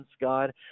God